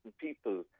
people